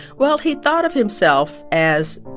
well, he thought of himself as,